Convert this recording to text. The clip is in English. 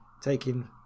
taking